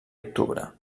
octubre